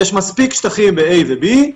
יש מספיק שטחים ב-A וב-B,